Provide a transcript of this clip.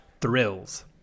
thrills